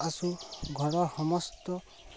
আছো ঘৰৰ সমস্ত